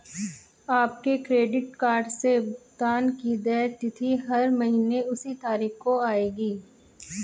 आपके credit card से भुगतान की देय तिथि हर महीने उसी तारीख को आएगी